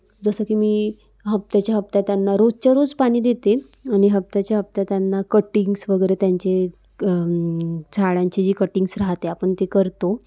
जसं की मी हप्त्याच्या हप्त्यात त्यांना रोजच्या रोज पाणी देते आणि हप्त्याच्या हप्त्यात त्यांना कटिंग्स वगैरे त्यांचे झाडांचे जी कटिंग्स राहते आपण ते करतो